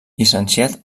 llicenciat